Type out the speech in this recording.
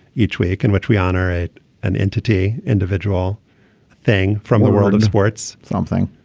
each week in which we honor it an entity individual thing from the world of sports something.